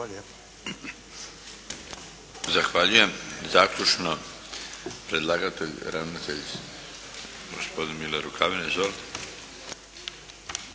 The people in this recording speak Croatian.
Darko (HDZ)** Zahvaljujem. Zaključno, predlagatelj ravnatelj gospodin Mile Rukavina. Izvolite.